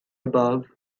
above